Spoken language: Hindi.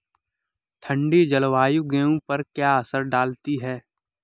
ठंडी जलवायु गेहूँ पर क्या असर डालती है?